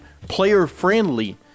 player-friendly